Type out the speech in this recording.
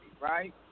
right